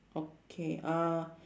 okay uh